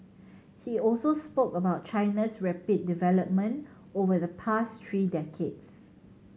he also spoke about China's rapid development over the past three decades